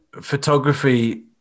photography